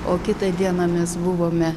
o kitą dieną mes buvome